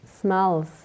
smells